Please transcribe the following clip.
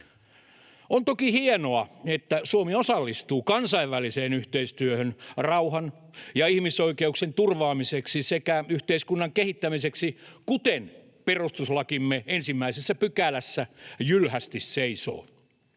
On toki hienoa, että Suomi osallistuu kansainväliseen yhteistyöhön rauhan ja ihmisoikeuksien turvaamiseksi sekä yhteiskunnan kehittämiseksi, kuten perustuslakimme ensimmäisessä pykälässä jylhästi seisoo,